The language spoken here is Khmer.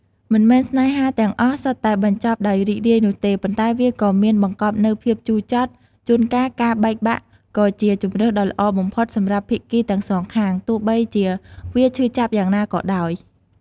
មិនមែនស្នេហាទាំងអស់សុទ្ធតែបញ្ចប់ដោយរីករាយនោះទេ ប៉ុន្តែវាក៏មានបង្កប់នូវភាពជូរចត់ ជួនកាលការបែកបាក់គឺជាជម្រើសដ៏ល្អបំផុតសម្រាប់ភាគីទាំងសងខាង ទោះបីជាវាឈឺចាប់យ៉ាងណាក៏ដោយ។